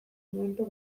momentu